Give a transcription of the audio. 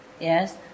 yes